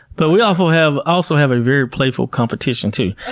but we also have also have a very playful competition too.